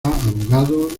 abogado